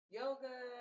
yoga